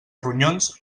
ronyons